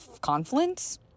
Confluence